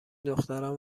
دختران